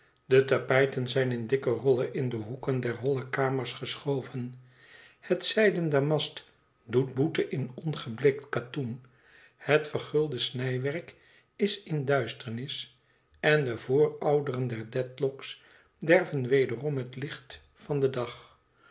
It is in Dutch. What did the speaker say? de tapijten zijn in dikke rollen in de hoeken der holle kamers geschoven het zijden damast doet boete in ongebleekt katoen het vergulde snijwerk is in duisternis en de voorouderen der dedlock's derven wederom het licht van den dag